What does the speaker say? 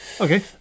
Okay